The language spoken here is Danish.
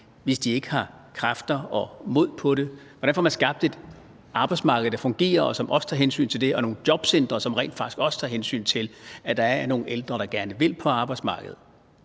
hvis de ikke har kræfter og mod på det? Hvordan får man skabt et arbejdsmarked, der fungerer, og som også tager hensyn til det, og nogle jobcentre, som rent faktisk også tager hensyn til, at der er nogle ældre, der gerne vil på arbejdsmarkedet?